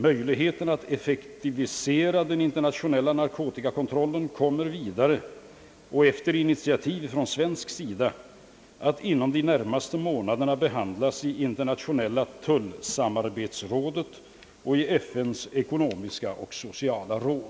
Möjligheterna att effektivisera den internationella narkotikakontrollen kommer vidare — efter initiativ från svensk sida — att inom de närmaste månaderna behandlas i internationella tullsamarbetsrådet och i FN:s ekonomiska och sociala råd.